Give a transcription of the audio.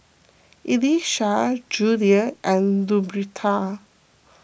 Elisha Julia and Luberta